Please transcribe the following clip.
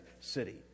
city